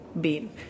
bean